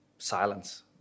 Silence